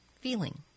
feeling